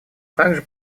также